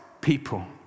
people